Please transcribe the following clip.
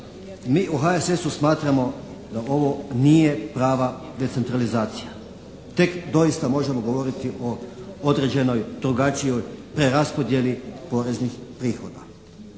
mi u HSS smatramo da ovo nije prava decentralizacija. Tek doista možemo govoriti o određenoj, drugačijoj preraspodjeli poreznih prihoda.